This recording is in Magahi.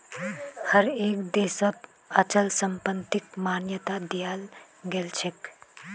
हर एक देशत अचल संपत्तिक मान्यता दियाल गेलछेक